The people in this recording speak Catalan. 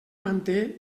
manté